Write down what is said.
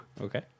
Okay